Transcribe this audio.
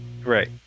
Right